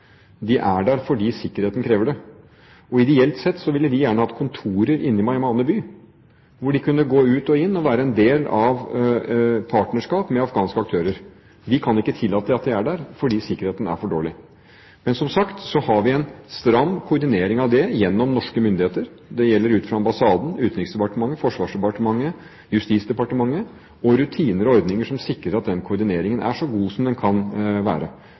er der fordi sikkerheten krever det. Ideelt sett ville de gjerne hatt kontorer inne i Meymaneh by, hvor de kunne gå ut og inn og være en del av partnerskap med afghanske aktører. Vi kan ikke tillate at de er der, fordi sikkerheten er for dårlig. Men, som sagt, har vi en stram koordinering av dette gjennom norske myndigheter. Det gjelder fra ambassaden, Utenriksdepartementet, Forsvarsdepartementet og Justisdepartementet, og det gjelder rutiner og ordninger som sikrer at den koordineringen er så god som den kan være.